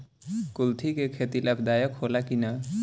कुलथी के खेती लाभदायक होला कि न?